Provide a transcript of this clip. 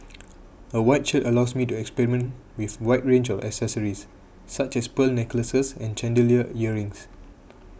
a white shirt allows me to experiment with wide range of accessories such as pearl necklaces and chandelier earrings